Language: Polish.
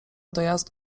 dojazdu